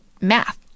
Math